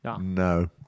No